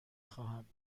خواهم